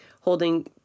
holding